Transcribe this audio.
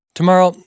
Tomorrow